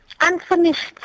unfinished